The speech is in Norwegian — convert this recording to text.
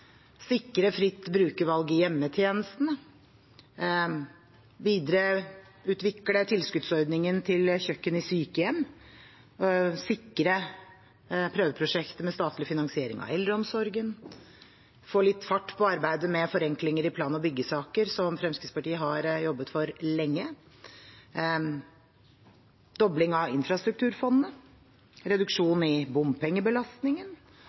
sikre fritt brukervalg i hjemmetjenesten, videreutvikle tilskuddsordningen til kjøkken i sykehjem, sikre prøveprosjektet med statlig finansiering av eldreomsorgen, få litt fart på arbeidet med forenklinger i plan- og byggesaker, som Fremskrittspartiet har jobbet for lenge, dobling av infrastrukturfondet, reduksjon i bompengebelastningen